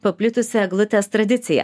paplitusią eglutės tradiciją